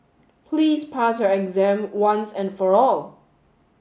please pass your exam once and for all